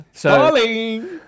Darling